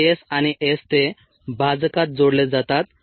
K s आणि S ते भाजकात जोडले जातात